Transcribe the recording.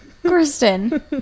Kristen